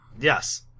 Yes